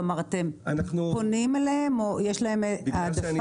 כלומר אתם פונים אליהם או יש להם העדפה?